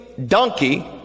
donkey